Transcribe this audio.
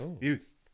youth